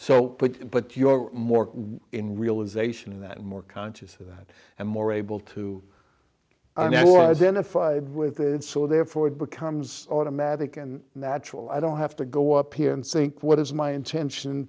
so but you are more in realization in that more conscious of that and more able to identify with and so therefore it becomes automatic and natural i don't have to go up here and think what is my intention